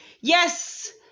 Yes